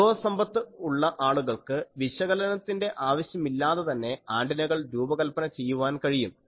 അനുഭവസമ്പത്ത് ഉള്ള ആളുകൾക്ക് വിശകലനത്തിന്റെ ആവശ്യമില്ലാതെ തന്നെ ആന്റിനകൾ രൂപകൽപ്പന ചെയ്യുവാൻ കഴിയും